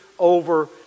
Over